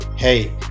Hey